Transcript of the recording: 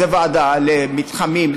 זה ועדה למתחמים,